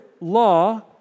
law